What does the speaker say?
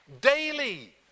Daily